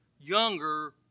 younger